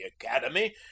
academy